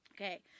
Okay